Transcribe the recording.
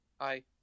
Hi